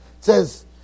says